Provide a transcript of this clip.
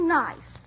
nice